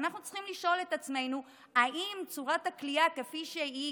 ואנחנו צריכים לשאול את עצמנו אם צורת הכליאה כפי שהיא